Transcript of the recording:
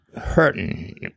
hurting